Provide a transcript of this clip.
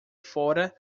fora